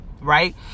right